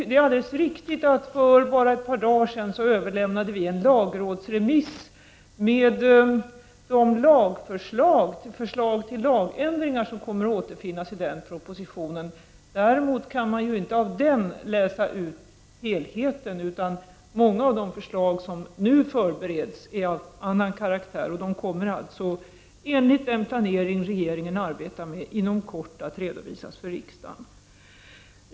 Det är riktigt att regeringen för några dagar sedan överlämnade en lagrådsremiss med de förslag till lagändringar som kommer att återfinnas i denna proposition. Däremot kan man inte av denna läsa ut helheten, utan många av de förslag som nu förbereds är av annan karaktär, och de kommer enligt den planering regeringen arbetar med inom kort redovisas för riksdagen.